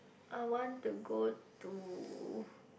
I want to go to